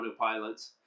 autopilots